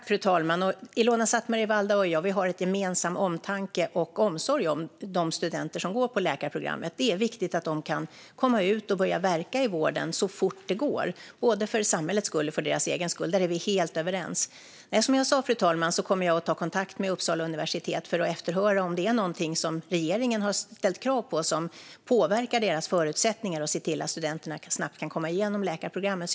Fru talman! Ilona Szatmari Waldau och jag har en gemensam omtanke och omsorg om de studenter som går på läkarprogrammet. Det är viktigt att de kan komma ut och börja verka i vården så fort det går, både för samhällets skull och för deras egen skull. Där är vi helt överens. Som jag sa, fru talman, kommer jag att ta kontakt med Uppsala universitet för att efterhöra om det är någonting som regeringen har ställt krav på som påverkar deras förutsättningar att se till att studenterna snabbt kan komma igenom läkarprogrammet.